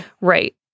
right